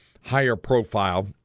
higher-profile